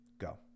Go